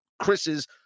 Chris's